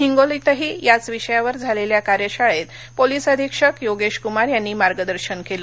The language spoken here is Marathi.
हिंगोलीतही याच विषयावर झालेल्या कार्यशाळेत पोलीस अधीक्षक योगेशकुमार यांनी मार्गदर्शन केलं